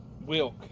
Wilk